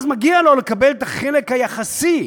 מגיע לו לקבל את החלק היחסי,